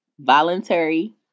voluntary